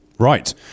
Right